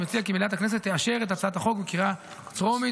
אני מציע כי מליאת הכנסת תאשר את הצעת החוק בקריאה הטרומית.